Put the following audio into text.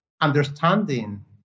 understanding